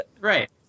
right